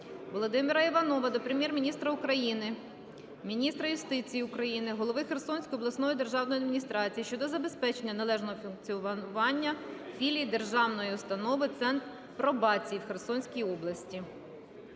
Володимира Іванова до Прем'єр-міністра України, міністра юстиції України, голови Херсонської обласної державної адміністрації щодо забезпечення належного функціонування філії Державної установи "Центр пробації" в Херсонській області.